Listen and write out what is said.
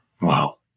Wow